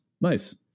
Nice